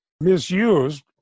misused